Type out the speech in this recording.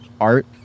art